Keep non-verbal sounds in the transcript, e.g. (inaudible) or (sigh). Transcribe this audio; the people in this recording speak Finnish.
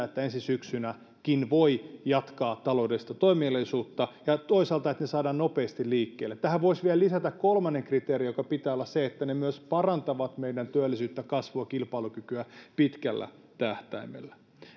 (unintelligible) että ensi syksynäkin voi jatkaa taloudellista toimeliaisuutta ja toisaalta se että ne saadaan nopeasti liikkeelle tähän voisi vielä lisätä kolmannen kriteerin jonka pitää olla se että ne myös parantavat meidän työllisyyttä kasvua kilpailukykyä pitkällä tähtäimellä